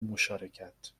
مشارکت